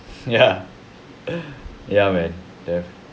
ya ya man uh